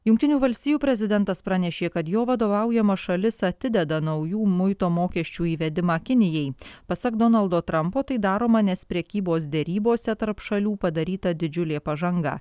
jungtinių valstijų prezidentas pranešė kad jo vadovaujama šalis atideda naujų muito mokesčių įvedimą kinijai pasak donaldo trampo tai daroma nes prekybos derybose tarp šalių padaryta didžiulė pažanga